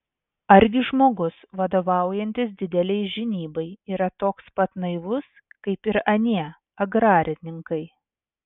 argi žmogus vadovaujantis didelei žinybai yra toks pat naivus kaip ir anie agrarininkai